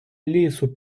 лісу